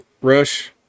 Rush